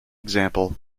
example